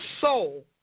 soul